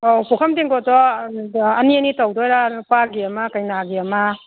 ꯑꯧ ꯄꯨꯈꯝ ꯇꯦꯡꯀꯣꯠꯇꯣ ꯑꯅꯤ ꯑꯅꯤ ꯇꯧꯗꯣꯏꯔꯥ ꯅꯨꯄꯥꯒꯤ ꯑꯃ ꯀꯩꯅꯥꯒꯤ ꯑꯃ